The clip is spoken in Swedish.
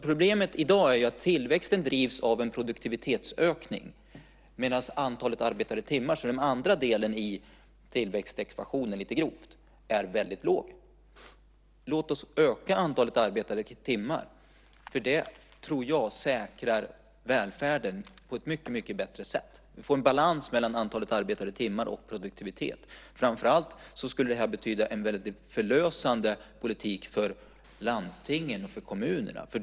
Problemet i dag är att tillväxten drivs av en produktivitetsökning, medan antalet arbetade timmar, den andra delen i tillväxtekvationen lite grovt, är väldigt lågt. Låt oss öka antalet arbetade timmar. Det tror jag säkrar välfärden på ett mycket bättre sätt. Vi får en balans mellan antalet arbetade timmar och produktivitet. Framför allt skulle det här betyda en förlösande politik för landstingen och för kommunerna.